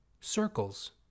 Circles